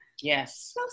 Yes